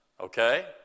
Okay